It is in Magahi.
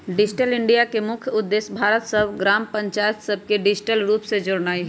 डिजिटल इंडिया के मुख्य उद्देश्य भारत के सभ ग्राम पञ्चाइत सभके डिजिटल रूप से जोड़नाइ हइ